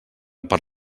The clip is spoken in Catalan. per